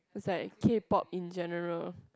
was like K-Pop in general